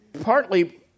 partly